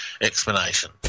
explanation